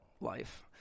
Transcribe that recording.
life